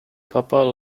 papa